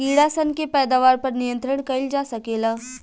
कीड़ा सन के पैदावार पर नियंत्रण कईल जा सकेला